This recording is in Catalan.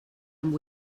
amb